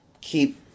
keep